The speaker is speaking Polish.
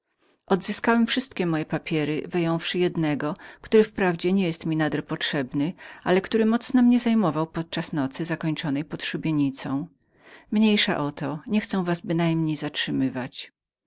odzyskałem wszystkie moje papiery wyjąwszy jednego który wprawdzie nie jest mi nader potrzebnym ale który mocno mnie zajmował podczas tej nocy zakończonej pod szubienicą mniejsza o to niechcę bynajmniej was zatrzymywać